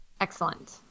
Excellent